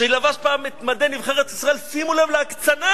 שלבש פעם את מדי נבחרת ישראל, שימו לב להקצנה,